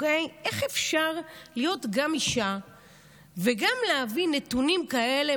איך אפשר להיות גם אישה וגם להביא נתונים כאלה